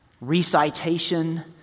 recitation